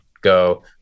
go